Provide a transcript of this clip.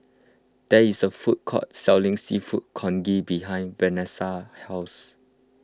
there is a food court selling Seafood Congee behind Vanessa's house